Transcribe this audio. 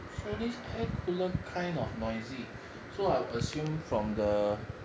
for this air cooler kind of noisy so I assume from the